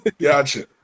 Gotcha